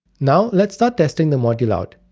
now let's start testing the module out.